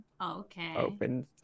Okay